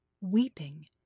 weeping